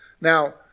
Now